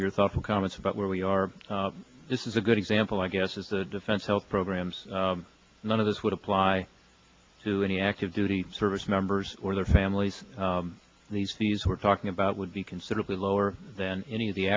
your thoughtful comments about where we are this is a good example i guess is the defense health programs none of this would apply to any active duty service members or their families these these we're talking about would be considerably lower than any of the